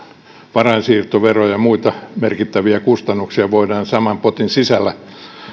varainsiirtoveroja ja muita merkittäviä kustannuksia voidaan saman potin sisällä